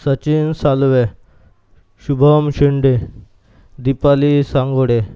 Sachin Salve Shubham Shende Deepali Sangode